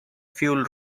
fuel